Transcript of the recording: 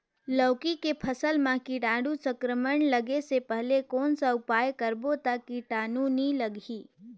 लौकी के फसल मां कीटाणु संक्रमण लगे से पहले कौन उपाय करबो ता कीटाणु नी लगही?